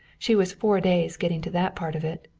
she was four days getting to that part of it.